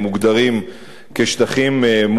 לפעמים הוא באמת,